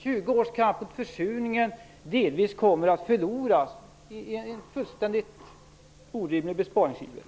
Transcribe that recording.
20 års kamp mot försurningen kommer delvis att förloras i en fullständigt orimlig besparingsiver.